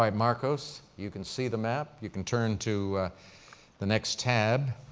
um marcus, you can see the map, you can turn to the next tab,